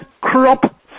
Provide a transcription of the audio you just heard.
crop